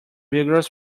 rigorous